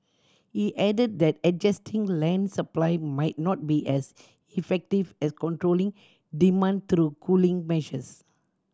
he added that adjusting land supply might not be as effective as controlling demand through cooling measures